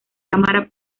cámara